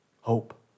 hope